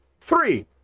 three